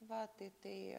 va tai tai